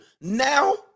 Now